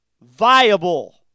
viable